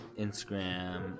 Instagram